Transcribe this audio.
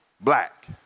black